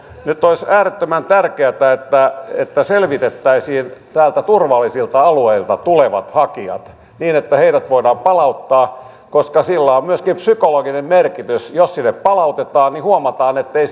nyt olisi äärettömän tärkeätä että että selvitettäisiin täältä turvallisilta alueilta tulevat hakijat niin että heidät voidaan palauttaa koska sillä on myöskin psykologinen merkitys jos sinne palautetaan niin huomataan ettei